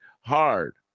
hard